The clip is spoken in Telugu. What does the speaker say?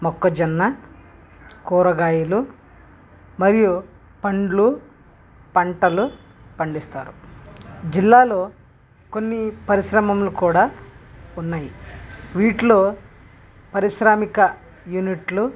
మొక్కజొన్న కూరగాయలు మరియు పండ్లు పంటలు పండిస్తారు జిల్లాలో కొన్ని పరిశ్రమలు కూడా ఉన్నయి వీటిలో పారిశ్రామిక యూనిట్లు